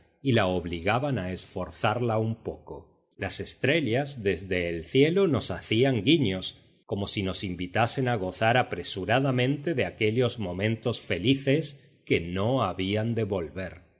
y la obligaban a esforzarla un poco las estrellas desde el cielo nos hacían guiños como si nos invitasen a gozar apresuradamente de aquellos momentos felices que no habían